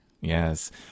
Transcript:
Yes